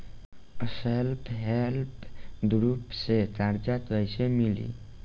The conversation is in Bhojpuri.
सेल्फ हेल्प ग्रुप से कर्जा कईसे मिली?